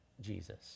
Jesus